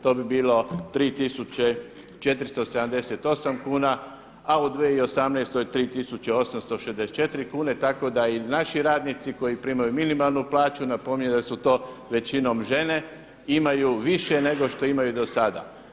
To bi bilo 3.478 kuna, a u 2018. godini 3.864 kune tako da i naši radnici koji primaju minimalnu plaću napominju da su to većinom žene, imaju više nego što imaju do sada.